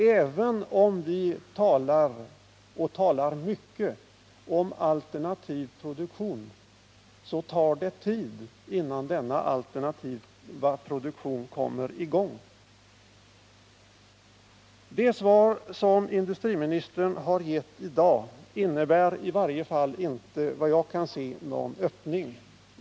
Även om vi talar — och talar mycket — om alternativ produktion tar det tid innan denna alternativa produktion kommer i gång. Det svar som industriministern har gett i dag innebär i varje fall inte vad jag kan se någon öppning.